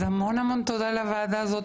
אז המון המון תודה לוועדה הזאת,